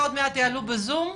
עוד מעט יעלו בזום,